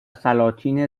سلاطین